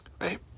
right